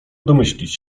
domyślić